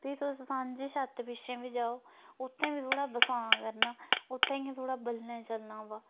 फ्ही तुस सांझी छत्त पिच्छें बी जाओ उत्थें बी थ्होड़ा बसां करना उत्थें इयां थ्होड़ा बल्लें चलना अवा